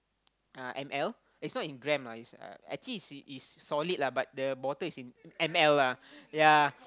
uh m_l it's not in gram lah is actually is is solid lah but the bottle is in m_l lah ya